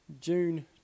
June